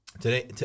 today